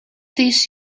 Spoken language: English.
this